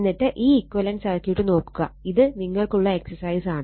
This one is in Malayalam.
എന്നിട്ട് ഈ ഇക്വലന്റ് സർക്യൂട്ട് നോക്കുക ഇത് നിങ്ങൾക്കുള്ള എക്സസൈസ് ആണ്